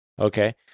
Okay